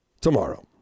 tomorrow